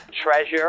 Treasure